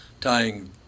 tying